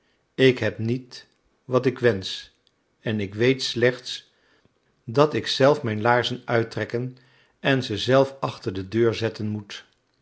ik heb niet wat ik wensch en ik weet slechts dat ik zelf mijn laarzen uittrekken en ze zelf achter de deur zetten moet